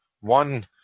One